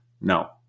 no